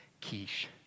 quiche